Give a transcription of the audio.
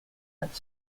had